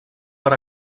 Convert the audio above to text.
per